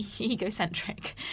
egocentric